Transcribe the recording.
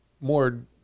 more